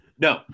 No